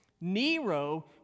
Nero